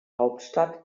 hauptstadt